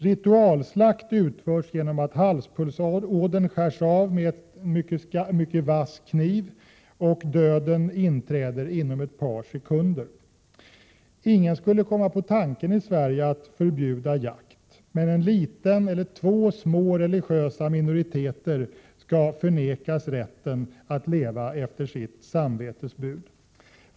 Ritualslakt utförs genom att halspulsådern skärs av med en mycket vass kniv, och döden inträder inom ett par sekunder. Ingen skulle komma på tanken att förbjuda jakt i Sverige, men en liten eller två små religiösa minoriteter skall förvägras rätten att leva efter sitt samvetes bud.